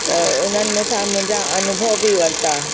त उन्हनि मूंसां मुंहिंजा अनुभव बि वरिता